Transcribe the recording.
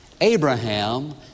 Abraham